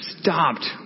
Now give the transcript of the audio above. stopped